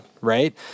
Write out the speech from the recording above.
right